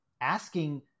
asking